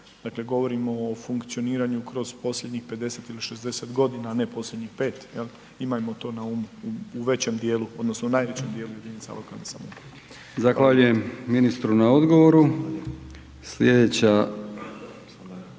dakle, govorimo o funkcioniranju kroz posljednjih 50 ili 60.g., a ne posljednjih 5., jel, imajmo to na umu u većem dijelu odnosno najvećem dijelu jedinica lokalne samouprave.